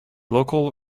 local